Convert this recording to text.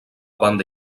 banda